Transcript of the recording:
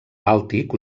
bàltic